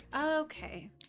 Okay